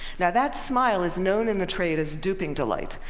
now, that smile is known in the trade as duping delight.